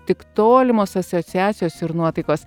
tik tolimos asociacijos ir nuotaikos